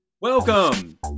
Welcome